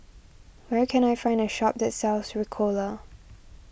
where can I find a shop that sells Ricola